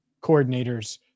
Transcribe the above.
coordinators